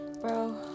bro